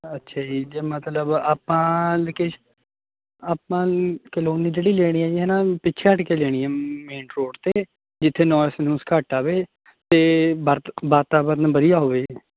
ਅੱਛਾ ਜੀ ਜੇ ਮਤਲਬ ਆਪਾਂ ਲੋਕੇਸ਼ ਆਪਾਂ ਲ਼ ਕਲੋਨੀ ਜਿਹੜੀ ਲੈਣੀ ਹੈ ਜੀ ਹੈ ਨਾ ਪਿੱਛੇ ਹੱਟ ਕੇ ਲੈਣੀ ਹੈ ਮੇਨ ਰੋਡ ਤੇ ਜਿੱਥੇ ਨੋਇਸ ਨੁਇਸ ਘੱਟ ਆਵੇ ਤੇ ਵਰ੍ਤਕ੍ ਵਾਤਾਵਰਨ ਵਧੀਆ ਹੋਵੇ